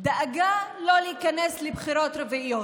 בדאגה לא להיכנס לבחירות רביעיות.